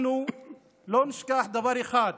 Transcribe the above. אנחנו לא נשכח דבר אחד,